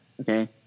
Okay